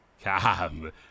Come